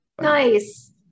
nice